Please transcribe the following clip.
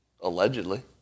allegedly